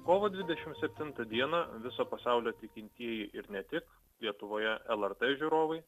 kovo dvidešim septintą dieną viso pasaulio tikintieji ir ne tik lietuvoje lrt žiūrovai